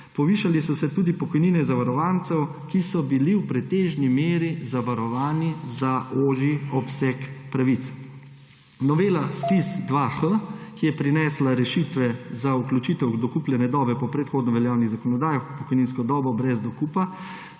Povišale so se tudi pokojnine zavarovancev, ki so bili v pretežni meri zavarovani za ožji obseg pravic. Novela ZPIZ-2H je prinesla rešitve za vključitev dokupljene dobe po predhodno veljavni zakonodaji v pokojninsko dobo brez dokupa